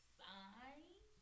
sign